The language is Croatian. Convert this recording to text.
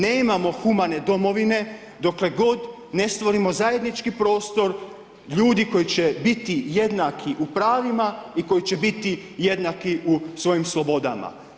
Nemamo humane domovine, doke god ne stvorimo zajednički prostor, ljudi koji će biti jednaki u 'pravima i koji će biti jednaki u svojim slobodama.